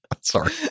sorry